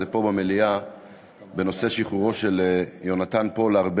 פה במליאה בנושא שחרורו של יונתן פולארד,